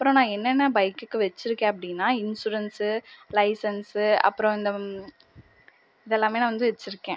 அப்புறம் நான் என்னென்ன பைக்குக்கு வச்சிருக்கேன் அப்படின்னா இன்ஷுரன்ஸு லைசன்ஸ்ஸு அப்புறம் இந்த இதெல்லாமே நான் வந்து வச்சிருக்கேன்